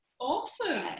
Awesome